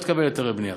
לא תקבל היתרי בנייה.